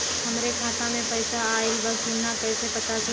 हमरे खाता में पैसा ऑइल बा कि ना कैसे पता चली?